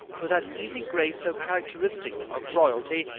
with that easy grace so characteristic of royalty,